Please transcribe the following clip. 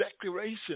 declaration